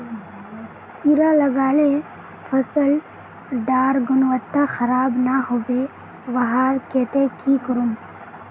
कीड़ा लगाले फसल डार गुणवत्ता खराब ना होबे वहार केते की करूम?